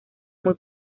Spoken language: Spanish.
muy